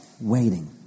Waiting